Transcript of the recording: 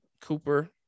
Cooper